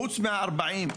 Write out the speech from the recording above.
חוץ מה-40,